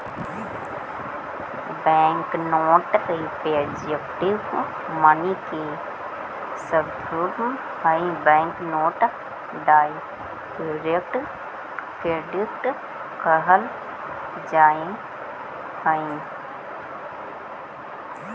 bank note representative money के स्वरूप हई बैंक नोट डायरेक्ट क्रेडिट कहल जा हई